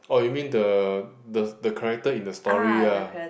orh you mean the the character in the story ah